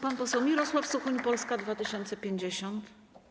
Pan poseł Mirosław Suchoń, Polska 2050.